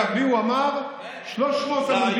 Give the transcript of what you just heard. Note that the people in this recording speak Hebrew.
אגב, לי הוא אמר: 300 עמודים.